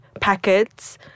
packets